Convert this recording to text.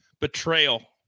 Betrayal